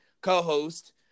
co-host